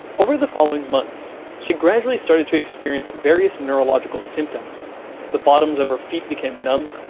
over the following months, she gradually started to experience various neurological symptoms the bottoms of her feet became numb,